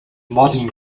modern